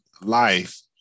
life